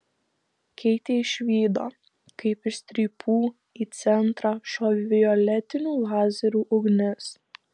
keitė išvydo kaip iš strypų į centrą šovė violetinių lazerių ugnis